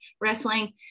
wrestling